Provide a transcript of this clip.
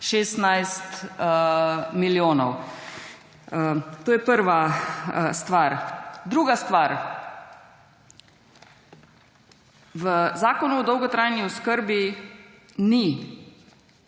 16 milijonov. To je prva stvar. Druga stvar. V Zakonu o dolgotrajni oskrbi ni